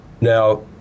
now